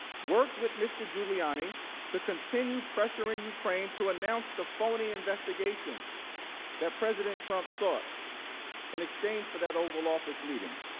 worked with mr. giuliani to continue pressuring ukraine to announce the phony investigations that president trump sought in exchange for that oval office meeting.